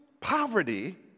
poverty